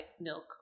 milk